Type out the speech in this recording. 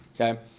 okay